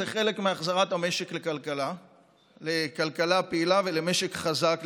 זה חלק מהחזרת המשק לכלכלה פעילה ולמשק חזק,